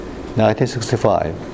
1965